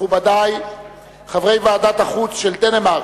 מכובדי חברי ועדת החוץ של דנמרק,